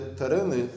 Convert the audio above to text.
tereny